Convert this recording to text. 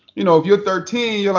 you know, if you're thirteen, you're